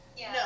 No